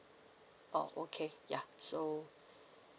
oh okay ya so